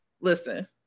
Listen